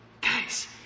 Guys